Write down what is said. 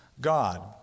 God